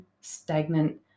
stagnant